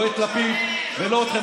לא את לפיד ולא אתכם.